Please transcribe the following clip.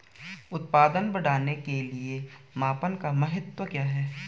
उत्पादन बढ़ाने के मापन का महत्व क्या है?